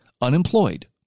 unemployed